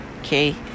Okay